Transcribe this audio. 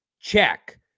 Check